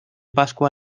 pascua